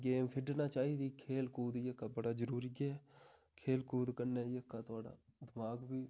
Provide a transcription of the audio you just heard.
game खेढनी चाहिदी खेलकूद जेह्का बड़ा जरूरी ऐ खेलकूद कन्नै जेह्का थुआढ़ा दमाग बी